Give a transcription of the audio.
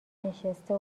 نشسته